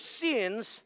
sins